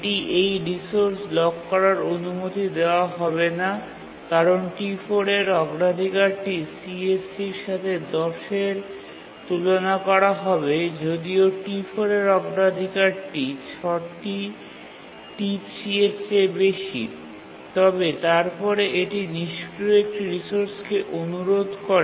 এটি এই resource lock করার অনুমতি দেওয়া হবে না কারণ T4 এর অগ্রাধিকারটি CSC এর সাথে ১০ এর তুলনা করা হবে যদিও T4 এর অগ্রাধিকারটি ৬ টি T3 এর চেয়ে বেশি তবে তারপরে এটি নিষ্ক্রিয় একটি রিসোর্সকে অনুরোধ করে